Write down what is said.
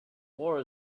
war